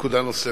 נקודה נוספת,